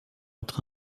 être